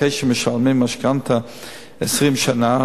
אחרי שמשלמים משכנתה 20 שנה,